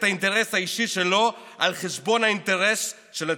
האינטרס האישי שלו על חשבון האינטרס של הציבור.